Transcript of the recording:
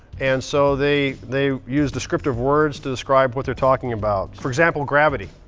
and so they they use descriptive words to describe what they're talking about. for example, gravity,